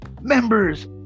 members